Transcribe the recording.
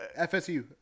FSU